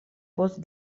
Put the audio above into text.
post